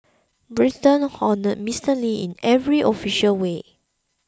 Britain honoured Mister Lee in every official way